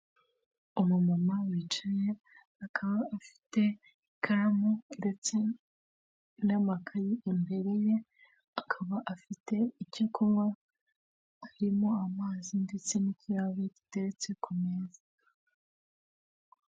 Umumama wicaye, akaba afite ikaramu ndetse n'amakaye imbere ye, akaba afite icyo kunywa, harimo amazi ndetse n'ikirahure giteretse ku meza.